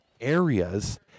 areas